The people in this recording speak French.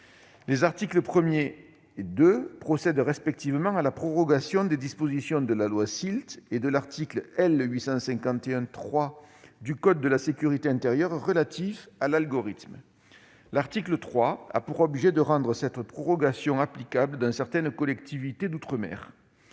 Les articles 1 et 2 procèdent, respectivement, à la prorogation des dispositions de la loi SILT et de l'article L. 851-3 du code de la sécurité intérieure relatif à l'algorithme. L'article 3, quant à lui, vise à rendre cette prorogation applicable dans certaines collectivités d'outre-mer.